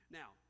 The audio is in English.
now